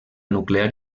nuclear